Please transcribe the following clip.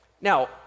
Now